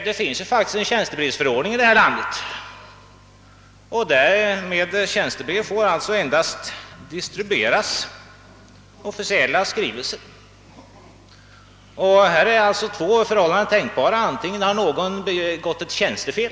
Det finns faktiskt en tjänstebrevsförordning som säger, att som tjänstebrev endast får distribueras officiella skrivelser. Här är alltså två förhållanden tänkbara: antingen har någon begått ett tjänstefel ...